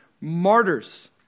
martyrs